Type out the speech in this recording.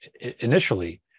initially